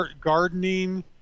Gardening